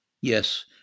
Yes